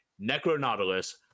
Necronautilus